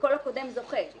וכל הקודם זוכה.